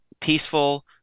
peaceful